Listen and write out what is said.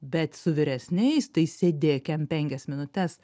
bet su vyresniais tai sėdėk kem penkias minutes